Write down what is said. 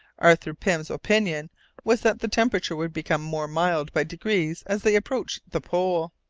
arthur pym's opinion was that the temperature would become more mild by degrees as they approached the pole.